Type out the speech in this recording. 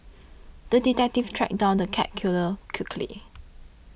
the detective tracked down the cat killer quickly